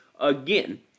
Again